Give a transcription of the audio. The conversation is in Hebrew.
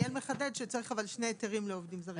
אבל דניאל מחדד שצריך שני היתרים לעובדים זרים.